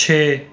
ਛੇ